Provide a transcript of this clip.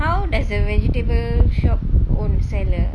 how does the vegetable shop owner~ seller